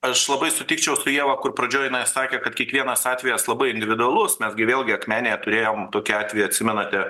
aš labai sutikčiau su ieva kur pradžioj jinai sakė kad kiekvienas atvejis labai individualus mes gi vėlgi akmenėje turėjom tokį atvejį atsimenate